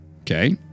okay